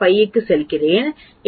5 க்குச் செல்கிறேன் எனக்கு 0